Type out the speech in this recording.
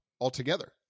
altogether